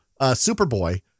Superboy